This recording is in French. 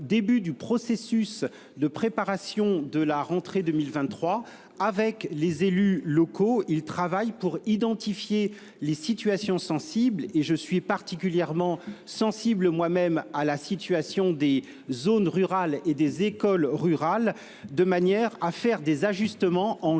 je suis particulièrement sensible moi même à la situation des zones rurales et des écoles rurales de manière à faire des ajustements en juin et